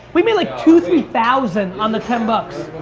we made like two, three thousand on the ten bucks.